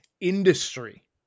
industry